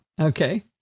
Okay